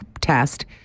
test